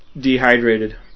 Dehydrated